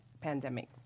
pandemic